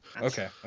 okay